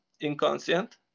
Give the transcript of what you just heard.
inconscient